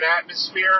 atmosphere